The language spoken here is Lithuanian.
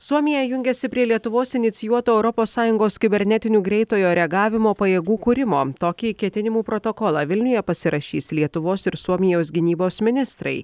suomija jungiasi prie lietuvos inicijuoto europos sąjungos kibernetinių greitojo reagavimo pajėgų kūrimo tokį ketinimų protokolą vilniuje pasirašys lietuvos ir suomijos gynybos ministrai